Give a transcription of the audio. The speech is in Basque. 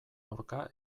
aurka